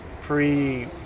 pre